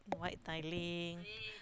white tiling